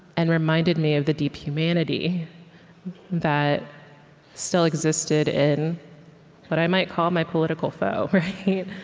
and reminded me of the deep humanity that still existed in what i might call my political foe